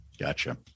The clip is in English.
Gotcha